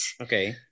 Okay